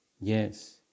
Yes